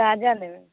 ताजा लेबै